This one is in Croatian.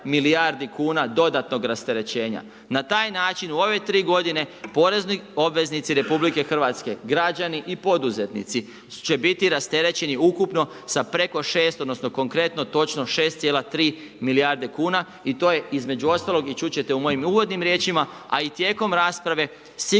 Na taj način u ove 3 g. porezni obveznici RH, građani i poduzetnici će biti rasterećeni ukupno sa preko 6, odnosno konkretno točno 6,3 milijarde kuna i to je između ostalog i čut će te u mojim uvodnim riječima, a i tijekom rasprave sigurno